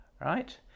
right